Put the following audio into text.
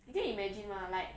你可以 imagine mah like